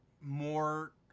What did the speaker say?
more